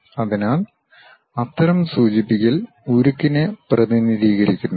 അതിനാൽ അത്തരം സൂചിപ്പിക്കൽ ഉരുക്കിനെ പ്രതിനിധീകരിക്കുന്നു